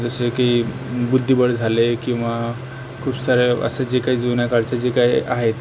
जसे की बुद्धिबळ झाले किंवा खूप साऱ्या असं जे काही जुन्या काळचं जे काही आहे